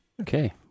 Okay